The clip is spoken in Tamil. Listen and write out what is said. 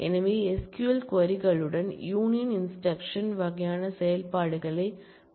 எனவே SQL க்வரி களுடன் யூனியன் இன்டேர்சக்க்ஷன் வகையான செயல்பாடுகளை மிக எளிதாக செய்ய முடியும்